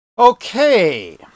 Okay